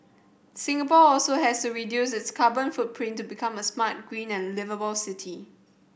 Singapore also has to reduce its carbon footprint to become a smart green and liveable city